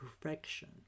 perfection